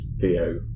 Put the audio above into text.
Theo